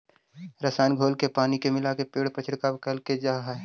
रसायनिक घोल के पानी में मिलाके पेड़ पर छिड़काव कैल जा हई